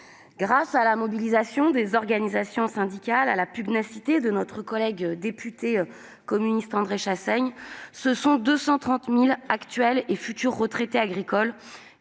Grâce à la mobilisation des organisations syndicales et à la pugnacité de notre collègue député communiste André Chassaigne, 230 000 actuels et futurs retraités agricoles